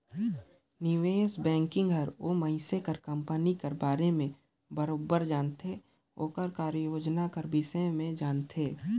निवेस बैंकिंग हर ओ मइनसे कर कंपनी कर बिसे में बरोबेर जानथे ओकर कारयोजना कर बिसे में जानथे